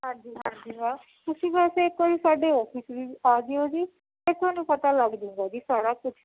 ਹਾਂਜੀ ਹਾਂਜੀ ਮੈਮ ਤੁਸੀਂ ਵੈਸੇ ਇਕ ਵਾਰੀ ਸਾਡੇ ਆਫਿਸ ਵੀ ਆ ਜਿਓ ਜੀ ਫਿਰ ਤੁਹਾਨੂੰ ਪਤਾ ਲੱਗ ਜੂੰਗਾ ਜੀ ਸਾਰਾ ਕੁਛ